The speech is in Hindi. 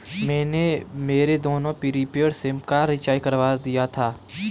मैंने मेरे दोनों प्रीपेड सिम का रिचार्ज करवा दिया था